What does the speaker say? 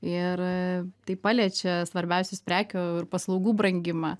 ir tai paliečia svarbiausius prekių ir paslaugų brangimą